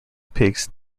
pigs